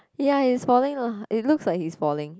ya he's falling oh it looks like he's falling